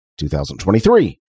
2023